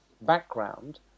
background